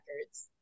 records